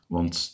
Want